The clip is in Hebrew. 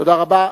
תודה רבה.